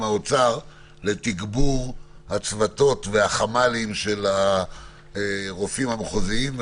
האוצר לתגבור הצוותים והחמ"לים של הרופאים המחוזיים.